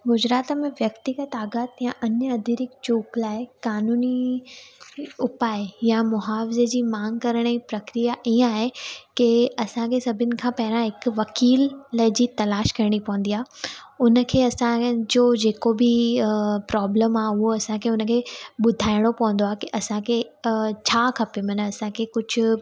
गुजरात में व्यक्तिगत आघात या अन्य अतिरिक्त चूक लाइ कानूनी उपाय या मुआवज़े जी मांग करण जी प्रक्रिया ईअं आहे के असांखे सभिनि खां पहिरां हिक वकील जी तलाश करणी पवंदी आहे उनखे असांखे जो जेको बि अ प्रोब्लम आहे उहा असांखे उनखे ॿुधाइणो पवंदो आहे की असांखे अ छा खपे मना असांखे कुझु